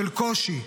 של קושי,